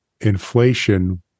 inflation